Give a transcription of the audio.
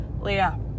Leah